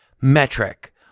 metric